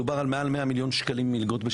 מדובר על מעל לכ-100 מיליון שקלים בשנה,